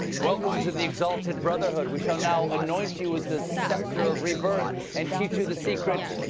welcome to the exalted brotherhood. we shall now anoint you with the scepter of rebirth, and teach you the secret.